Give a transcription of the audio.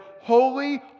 holy